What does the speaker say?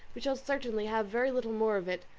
we shall certainly have very little more of it.